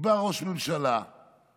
כי בא ראש ממשלה ואומר: